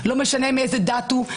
לא משנה מאיזה דת הוא,